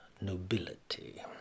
nobility